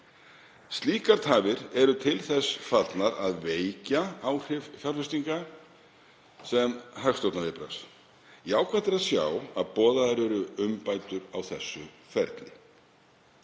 Slíkar tafir eru til þess fallnar að veikja áhrif fjárfestinga sem hagstjórnarviðbragðs. Jákvætt er að sjá að boðaðar eru umbætur á þessu ferli.